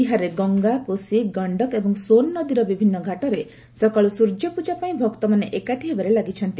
ବିହାରରେ ଗଙ୍ଗା କୋଷି ଗଶ୍ତକ ଏବଂ ସୋନ ନଦୀର ବିଭିନ୍ନ ଘାଟରେ ସକାଳୁ ସୂର୍ଯ୍ୟ ପୂଜା ପାଇଁ ଭକ୍ତମାନେ ଏକାଠି ହେବାରେ ଲାଗିଛନ୍ତି